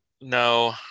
No